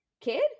kid